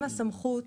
אם הסמכות